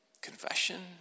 confession